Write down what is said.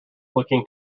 looking